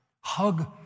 Hug